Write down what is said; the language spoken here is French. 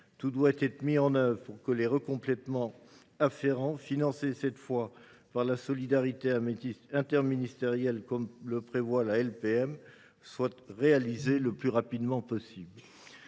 Tout doit être mis en œuvre pour que les recomplètements y afférents, cette fois financés par la solidarité interministérielle comme le prévoit la LPM, soient réalisés le plus rapidement possible.